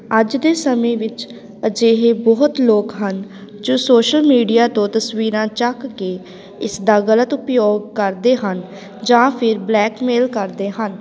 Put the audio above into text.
ਅੱਜ ਦੇ ਸਮੇਂ ਵਿੱਚ ਅਜਿਹੇ ਬਹੁਤ ਲੋਕ ਹਨ ਜੋ ਸੋਸ਼ਲ ਮੀਡੀਆ ਤੋਂ ਤਸਵੀਰਾਂ ਚੱਕ ਕੇ ਇਸ ਦਾ ਗਲਤ ਉਪਯੋਗ ਕਰਦੇ ਹਨ ਜਾਂ ਫਿਰ ਬਲੈਕਮੇਲ ਕਰਦੇ ਹਨ